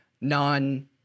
non